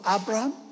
Abraham